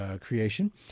creation